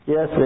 Yes